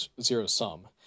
zero-sum